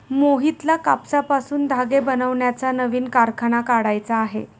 मोहितला कापसापासून धागे बनवण्याचा नवीन कारखाना काढायचा आहे